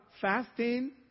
Fasting